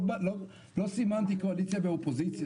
לא סימנתי קואליציה-אופוזיציה,